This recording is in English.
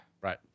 Right